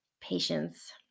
patience